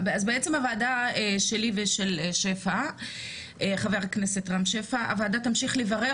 אז בעצם הוועדה שלי ושל חה"כ רם שפע תמשיך לברר